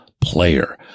player